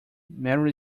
merely